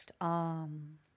arm